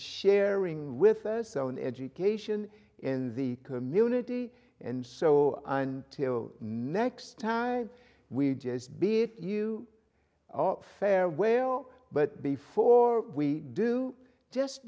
sharing with us on education in the community and so on till next time we just beat you farewell but before we do just